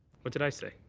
what did i say?